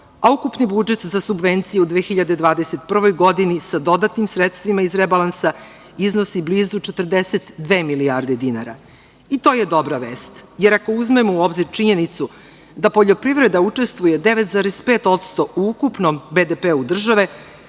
budžet za subvencije u 2021. godini sa dodatnim sredstvima iz rebalansa iznosi blizu 42 milijarde dinara i to je dobra vest, jer ako uzmemo u obzir činjenicu da poljoprivreda učestvuje 9,5% u ukupnom BDP države